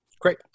Great